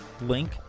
Link